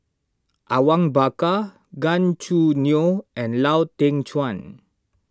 Awang Bakar Gan Choo Neo and Lau Teng Chuan